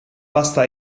vasta